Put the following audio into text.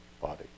body